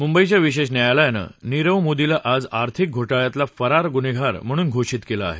मुंबईच्या विशेष न्यायालयानं नीरव मोदीला आज आर्थिक घोट्ळयातला फरार गुन्हेगार म्हणून घोषित केलं आहे